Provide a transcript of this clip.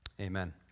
Amen